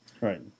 Right